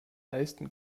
leisten